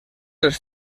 les